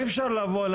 אי אפשר לבוא,